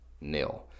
nil